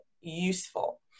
useful